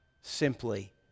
simply